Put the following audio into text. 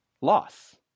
loss